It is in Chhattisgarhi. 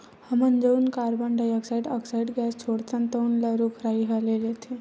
हमन जउन कारबन डाईऑक्साइड ऑक्साइड गैस छोड़थन तउन ल रूख राई ह ले लेथे